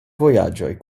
vojaĝoj